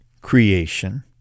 creation